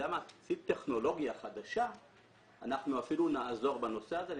טכנולוגיה חדשה ואפילו יעזרו בנושא הזה.